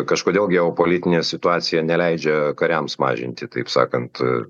kažkodėl geopolitinė situacija neleidžia kariams mažinti taip sakant